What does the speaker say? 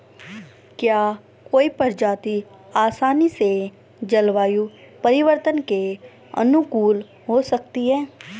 क्या कोई प्रजाति आसानी से जलवायु परिवर्तन के अनुकूल हो सकती है?